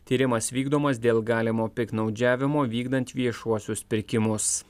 tyrimas vykdomas dėl galimo piktnaudžiavimo vykdant viešuosius pirkimus